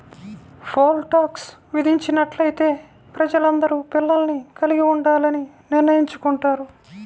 pole tax విధించినట్లయితే ప్రజలందరూ పిల్లల్ని కలిగి ఉండాలని నిర్ణయించుకుంటారు